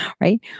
right